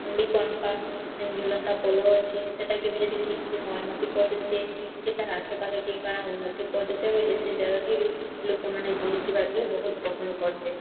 ଖଣ୍ଡିକନମ୍ପା ଏନ୍ ଝୁଲନ୍ତା ପୋଲ ଅଛେ ସେଟାକେ ବି ଯଦି ଠିକ୍ସେ ମରାମତି କରିଦିଅତେ କି ତାର୍ ଆଖପାଖେ ଟିକିଏ କାଣା ଉନ୍ନତି କରି ଦିଅତେ ବୋଇଲେ ସେ ଜାଗାକେ ବି ଲୋକମାନେ ବୁଲି ଯିବାକେ ବହୁତ ପସନ୍ଦ କର୍ତେ